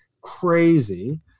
crazy